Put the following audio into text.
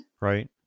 right